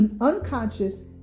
unconscious